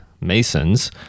Masons—